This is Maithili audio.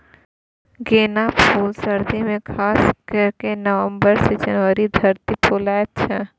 गेना फुल सर्दी मे खास कए नबंबर सँ जनवरी धरि फुलाएत छै